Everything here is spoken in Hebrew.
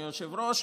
אדוני היושב-ראש.